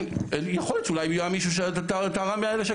יכול להיות שאולי היה מישהו שתרם 100,000 שקל,